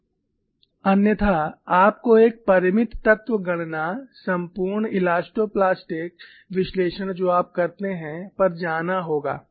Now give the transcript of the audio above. अन्यथा आपको एक परिमित तत्व गणना संपूर्ण एलास्टोप्लास्टिक विश्लेषण जो आप करते हैं पर जाना होगा